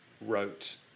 wrote